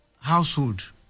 household